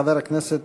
חבר הכנסת